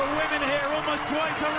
here almost twice